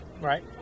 right